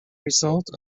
result